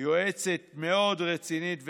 יועצת מאוד רצינית ומקצועית,